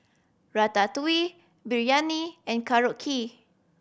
Ratatouille Biryani and Korokke